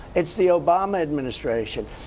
it's the obama administration,